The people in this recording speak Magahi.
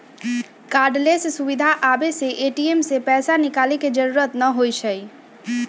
कार्डलेस सुविधा आबे से ए.टी.एम से पैसा निकाले के जरूरत न होई छई